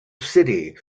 city